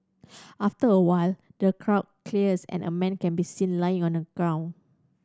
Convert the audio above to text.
after a while the crowd clears and a man can be seen lying on the ground